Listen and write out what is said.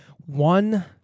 one